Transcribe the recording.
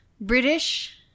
British